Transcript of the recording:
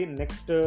next